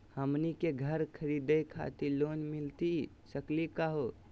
हमनी के घर खरीदै खातिर लोन मिली सकली का हो?